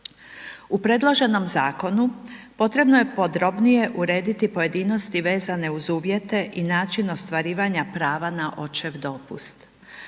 U predloženom zakonu potrebno je podrobnije urediti pojedinosti vezane uz uvjete i način ostvarivanja prava na očev dopust.